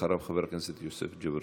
אחריו, חבר הכנסת יוסף ג'בארין.